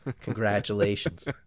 Congratulations